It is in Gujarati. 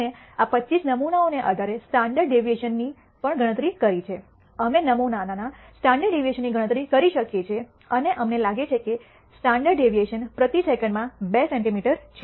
અમે આ 25 નમૂનાઓના આધારે સ્ટાન્ડર્ડ ડેવિએશન ની પણ ગણતરી કરી છે અમે નમૂનાના સ્ટાન્ડર્ડ ડેવિએશનની ગણતરી કરી શકીએ છીએ અને અમને લાગે છે કે સ્ટાન્ડર્ડ ડેવિએશન પ્રતિ સેકંડમાં બે સેન્ટિમીટર છે